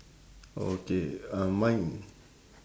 okay uh mine